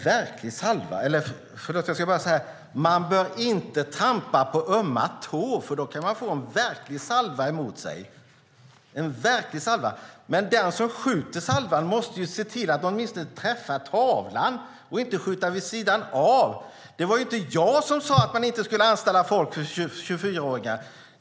Man bör inte trampa på ömma tår, för då kan man få en verklig salva emot sig. Den som skjuter salvan måste dock se till att åtminstone träffa tavlan och inte skjuta vid sidan av. Det var inte jag som sade att man inte skulle anställa 24-åringar!